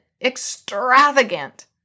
extravagant